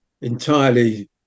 entirely